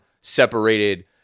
separated